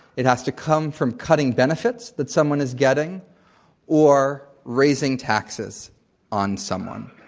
it has to come from cutting benefits that someone is getting or raising taxes on someone.